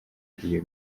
iyo